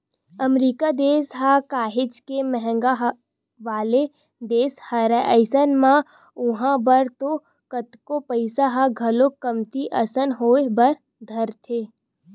अमरीका देस ह काहेच के महंगा वाला देस हरय अइसन म उहाँ बर तो कतको पइसा ह घलोक कमती असन होय बर धरथे